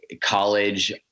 college